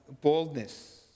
boldness